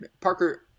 Parker